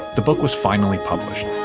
the book was finally published